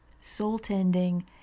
soul-tending